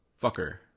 Fucker